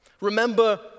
Remember